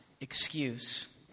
excuse